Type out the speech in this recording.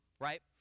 right